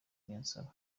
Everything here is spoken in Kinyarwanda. niyonsaba